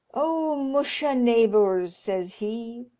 o musha, naybours! says he,